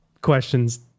questions